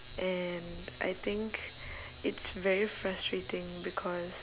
and I think it's very frustrating because